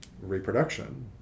reproduction